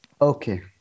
Okay